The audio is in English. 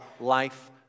life